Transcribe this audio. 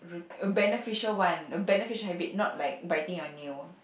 a beneficial one a beneficial habit not like biting your nail